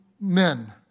men